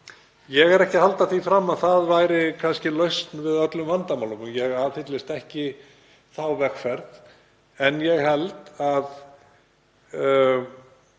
Ég er ekki að halda því fram að það væri kannski lausn við öllum vandamálum og ég aðhyllist ekki þá vegferð. Ég held að